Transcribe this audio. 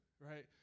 right